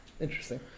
Interesting